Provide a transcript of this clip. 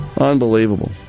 Unbelievable